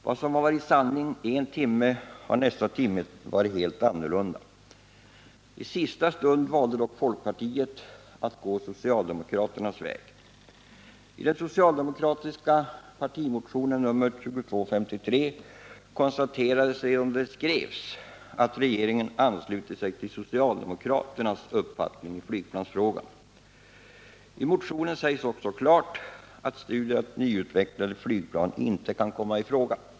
Vad som varit sanning en timme har nästa timme varit något helt annorlunda. I sista stund valde dock folkpartiet att gå socialdemokraternas väg. I den socialdemokratiska partimotionen 2253 konstateras att regeringen har anslutit sig till socialdemokraternas uppfattning i flygplansfrågan. I motionen sägs också klart att studier av nyutvecklade flygplan inte kan komma i fråga.